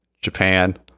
Japan